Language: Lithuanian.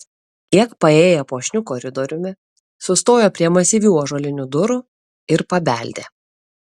kiek paėję puošniu koridoriumi sustojo prie masyvių ąžuolinių durų ir pabeldė